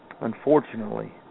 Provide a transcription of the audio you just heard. Unfortunately